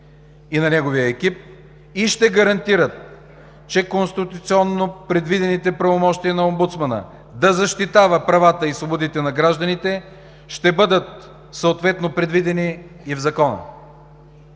и на неговия екип и ще гарантират, че конституционно предвидените правомощия на омбудсмана да защитава правата и свободите на гражданите ще бъдат предвидени и в закона.